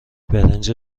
برنج